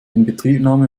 inbetriebnahme